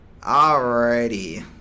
Alrighty